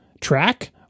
track